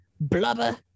Blubber